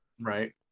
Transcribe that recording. Right